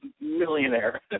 millionaire